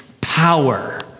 power